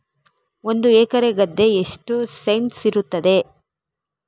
ಒಂದು ಎಕರೆ ಗದ್ದೆ ಎಷ್ಟು ಸೆಂಟ್ಸ್ ಇರುತ್ತದೆ?